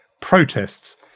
protests